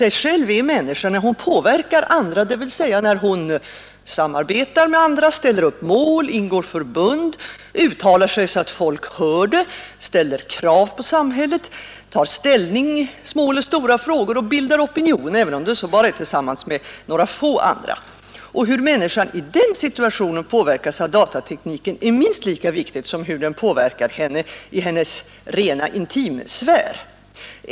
Sig själv är människan när hon påverkar andra, dvs. när hon samarbetar med andra, ställer upp mål, ingår förbund, uttalar sig så att folk hör det, ställer krav på samhället, tar ställning i små eller stora frågor och bildar opinion — även om det bara är tillsammans med några få andra. Hur människan i den situationen påverkas av datatekniken är minst lika viktigt som hur den påverkar henne i hennes rena intimsfär.